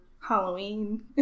Halloween